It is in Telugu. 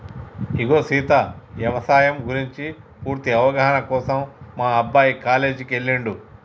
ఇగో సీత యవసాయం గురించి పూర్తి అవగాహన కోసం మా అబ్బాయి కాలేజీకి ఎల్లిండు